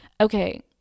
Okay